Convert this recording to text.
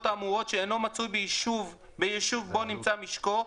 האמורות שאינו מצוי ביישוב בו נמצא משקו,